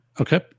Okay